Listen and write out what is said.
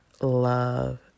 love